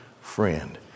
friend